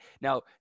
Now